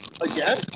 Again